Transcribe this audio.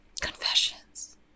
confessions